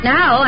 Now